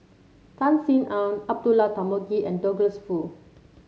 Tan Sin Aun Abdullah Tarmugi and Douglas Foo